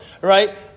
right